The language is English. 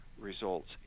Results